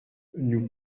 nous